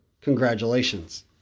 congratulations